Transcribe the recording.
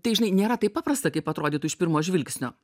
tai žinai nėra taip paprasta kaip atrodytų iš pirmo žvilgsnio